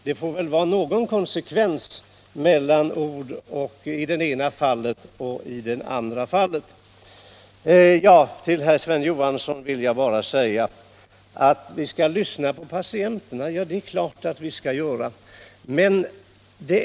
Det får väl vara konsekvens mellan orden i det ena och det andra fallet! Herr Johansson i Skärstad säger att vi skall lyssna på patienterna. Ja, det är klart att vi skall göra det.